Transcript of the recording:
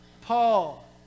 Paul